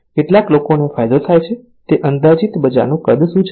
કેટલા લોકોને ફાયદો થાય છે તે અંદાજિત બજારનું કદ શું છે